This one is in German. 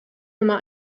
nummer